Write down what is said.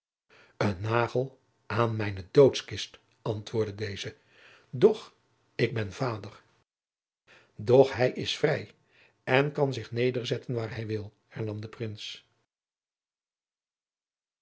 een nagel aan mijne doodkist antwoordde deze doch ik ben vader doch hij is vrij en kan zich nederzetten waar hij wil hernam de prins